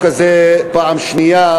פעם שנייה,